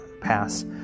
pass